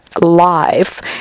live